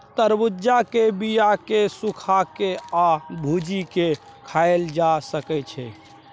तरबुज्जा के बीया केँ सुखा के आ भुजि केँ खाएल जा सकै छै